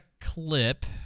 clip